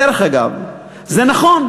דרך אגב, זה נכון.